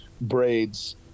braids